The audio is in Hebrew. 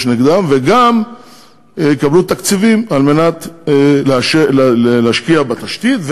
נגדם וגם יקבלו תקציבים על מנת להשקיע בתשתית,